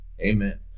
Amen